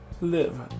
live